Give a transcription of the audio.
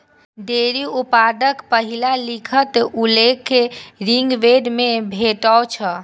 dairy उत्पादक पहिल लिखित उल्लेख ऋग्वेद मे भेटै छै